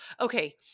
Okay